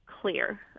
clear